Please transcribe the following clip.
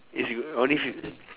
it's g~ only if